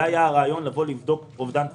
זה היה הרעיון לבדוק אובדן תפוקות.